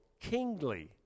kingly